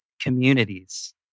communities